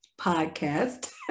podcast